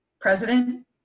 president